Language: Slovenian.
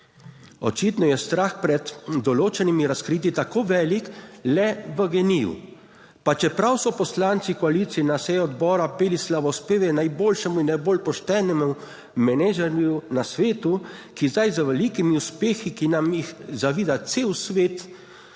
Očitno je strah pred določenimi razkritji tako velik le v GEN-I, pa čeprav so poslanci koalicije na seji odbora peli slavospev najboljšemu in najbolj poštenemu menedžerju na svetu, ki zdaj z velikimi uspehi, ki nam jih zavida cel svet,